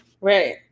Right